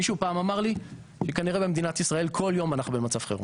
מישהו פעם אמר לי שכנראה במדינת ישראל כל יום אנחנו במצב חירום.